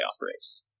race